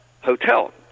hotel